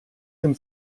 dem